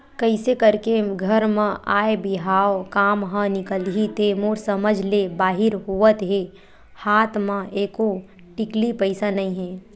कइसे करके घर म आय बिहाव काम ह निकलही ते मोर समझ ले बाहिर होवत हे हात म एको टिकली पइसा नइ हे